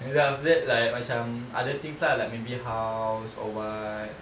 and then like after that like macam maybe house or what